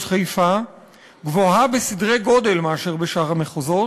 חיפה גבוהה בסדרי-גודל מאשר בשאר המחוזות,